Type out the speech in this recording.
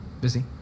busy